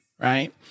Right